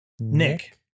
Nick